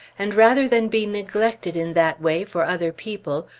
and rather than be neglected in that way for other people,